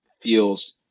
feels